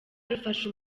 rufasha